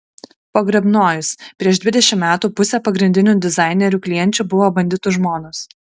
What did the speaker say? pogrebnojus prieš dvidešimt metų pusė pagrindinių dizainerių klienčių buvo banditų žmonos